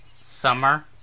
Summer